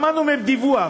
שמענו מהם דיווח,